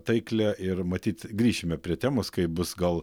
taiklią ir matyt grįšime prie temos kai bus gal